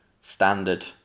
standard